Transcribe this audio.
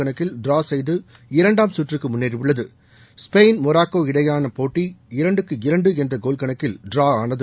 கணக்கில் டிரா செய்து இரண்டாம் சுற்றுக்கு முன்னேறியுள்ளது ஸ்பெயின் மொராக்கோ இடையேயான போட்டி இரண்டுக்கு இரண்டு என்ற கோல் கணக்கில் டிரா ஆனது